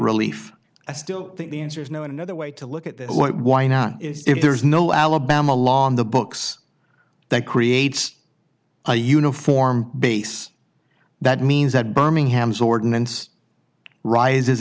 relief i still think the answer is no another way to look at this why not if there's no alabama law on the books that creates a uniform base that means that birmingham's ordinance rises